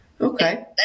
Okay